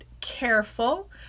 careful